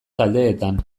taldeetan